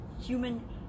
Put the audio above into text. human